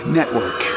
Network